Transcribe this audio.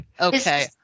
Okay